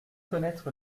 connaître